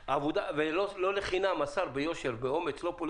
לא לחינם השר ביושר ובאומץ אומר שאין לו סמכות.